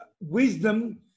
wisdom